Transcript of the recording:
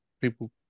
people